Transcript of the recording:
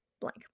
blank